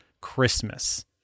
Christmas